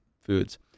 foods